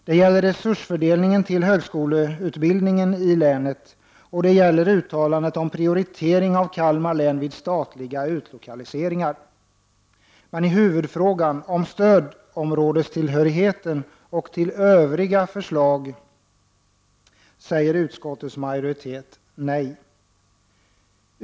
— Det gäller resursfördelningen till högskoleutbildningen i länet. — Det gäller uttalandet om prioritering av Kalmar län vid statliga utlokaliseringar. Men i huvudfrågan om stödområdestillhörigheten och till övriga förslag säger utskottets majoritet nej.